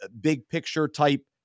big-picture-type